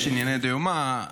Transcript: יש ענייני דיומא,